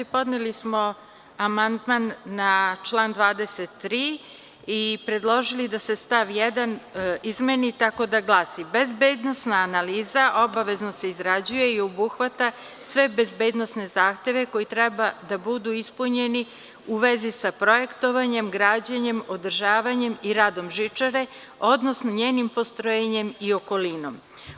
Podneli smo amandman na član 23. i predložili da se stav 1. izmeni tako da glasi: „Bezbednosna analiza obavezno se izrađuje i obuhvata sve bezbednosne zahteve koji treba da budu ispunjeni u vezi sa projektovanjem, građenjem, održavanjem i radom žičare, odnosno njenim postrojenjem i okolinom“